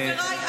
חבריי,